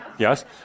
Yes